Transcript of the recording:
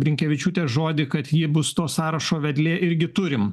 blinkevičiūtės žodį kad ji bus to sąrašo vedlė irgi turim